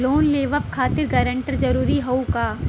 Loan लेवब खातिर guarantor जरूरी हाउ का?